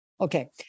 Okay